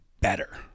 better